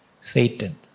Satan